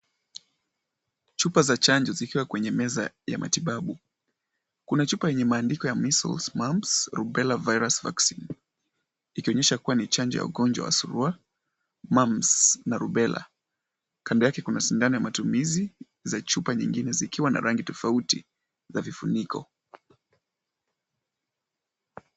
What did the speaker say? Chupa za chanjo zikiwa kwenye meza ya matibabu, kuna chupa yenye maandiko Measles, Mumps, Rubella Vaccine . Ikionyesha kubwa ni chanjo ya ugonjwa wa Surua, Mumps na Rubella. Kando yake kuna sindano za matumizi za chupa nyingine zikiwa na rangi tofauti za vifuniko.